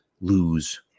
lose